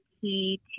key